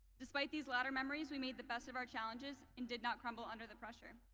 despite these latter memories, we made the best of our challenges and did not crumble under the pressure.